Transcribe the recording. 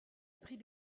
appris